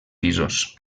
pisos